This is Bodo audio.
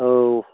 औ